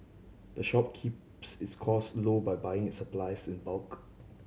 the shop keeps its costs low by buying its supplies in bulk